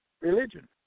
religion